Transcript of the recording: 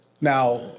Now